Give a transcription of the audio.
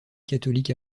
catholique